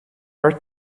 are